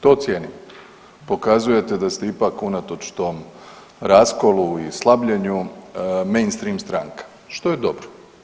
To cijenim, pokazujete da ste ipak unatoč tom raskolu i slabljenju mainstream stranka, što je dobro.